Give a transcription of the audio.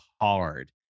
hard